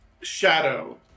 shadow